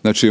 Znači